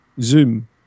Zoom